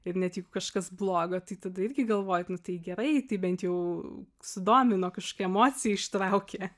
ir net jeigu kažkas blogo tai tada irgi galvojai nu tai gerai tai bent jau sudomino kažkokią emociją ištraukė